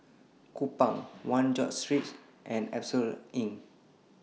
Kupang one George Street and Asphodel Inn